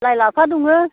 लाइ लाफा दङो